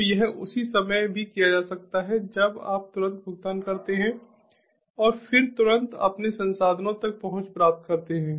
तो यह उसी समय भी किया जा सकता है जब आप तुरंत भुगतान करते हैं और फिर तुरंत अपने संसाधनों तक पहुंच प्राप्त करते हैं